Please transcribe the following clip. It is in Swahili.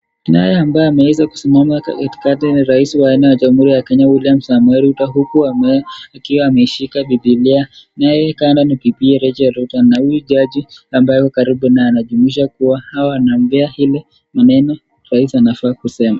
Naye ambaye ameweza kusimama katikati ni rais wa Kenya William Samoei Ruto huku akiwa ameshika bibilia naye kando ni bibiye Recheal Ruto na huyu jaji ambaye ako karibu naye, anajumuisha kuwa anampa ili manano rais anafaa kusema.